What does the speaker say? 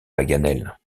paganel